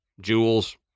jewels